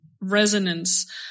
resonance